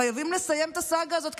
חייבים לסיים את הסאגה הזאת.